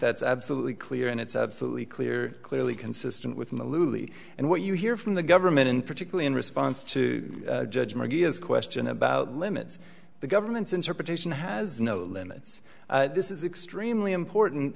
that's absolutely clear and it's absolutely clear clearly consistent with louis and what you hear from the government in particularly in response to judge mcgee is question about limits the government's interpretation has no limits this is extremely important